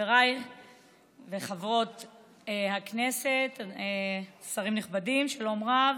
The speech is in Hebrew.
חברי וחברות הכנסת, שרים נכבדים, שלום רב,